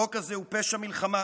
החוק הזה הוא פשע מלחמה,